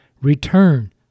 Return